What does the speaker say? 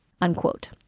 unquote